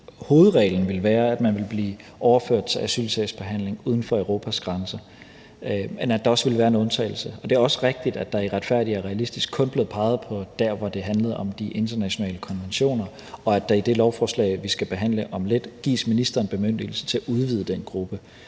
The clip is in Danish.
hovedreglen vil være, at man vil blive overført til asylsagsbehandling uden for Europas grænser, men at der også vil være en undtagelse. Og det er også rigtigt, at der i »Retfærdig og Realistisk« kun blev peget på, hvor det handlede om de internationale konventioner, og at ministeren, i det lovforslag, vi skal behandle om lidt, gives bemyndigelse til at udvide den gruppe.